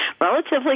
relatively